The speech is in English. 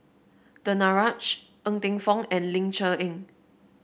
Danaraj Ng Teng Fong and Ling Cher Eng